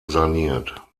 saniert